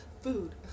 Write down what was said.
food